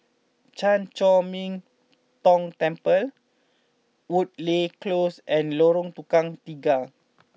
Chan Chor Min Tong Temple Woodleigh Close and Lorong Tukang Tiga